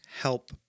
help